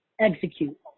execute